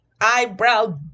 Eyebrow